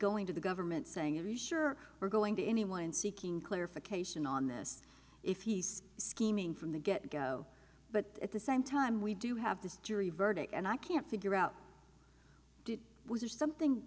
going to the government saying are you sure we're going to anyone seeking clarification on this if you scheming from the get go but at the same time we do have this jury verdict and i can't figure out did was is something